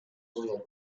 oil